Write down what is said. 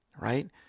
right